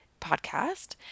podcast